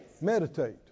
Meditate